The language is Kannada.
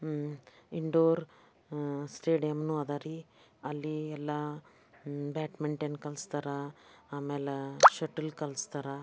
ಇನ್ಡೋರ್ ಸ್ಟೇಡಿಯಮ್ನು ಅದ ರೀ ಅಲ್ಲಿ ಎಲ್ಲ ಬ್ಯಾಡ್ಮಿಂಟನ್ ಕಲಿಸ್ತಾರೆ ಆಮೇಲೆ ಶೆಟಲ್ ಕಲಿಸ್ತಾರೆ